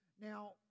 Now